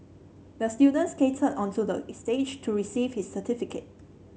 the student skated onto the stage to receive his certificate